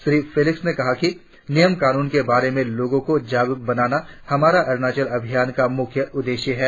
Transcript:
Shri Felix ने कहा कि नियम कानून के बारे में लोगो को जागरुक बनाना हमारा अरुणाचल अभियान का मुख्य उद्देश्य है